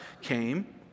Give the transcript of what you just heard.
came